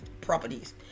properties